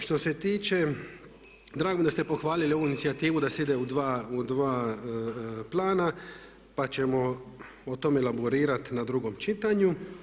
Što se tiče, drago mi je da ste pohvalili ovu inicijativu da se ide u dva plana, pa ćemo o tome elaborirati na drugome čitanju.